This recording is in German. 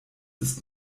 ist